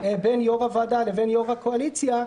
בין יו"ר הוועדה לבין יו"ר הקואליציה,